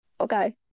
okay